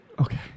Okay